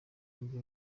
nibwo